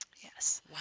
Yes